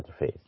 interface